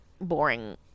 boring